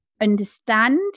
understand